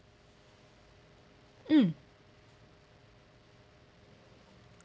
mm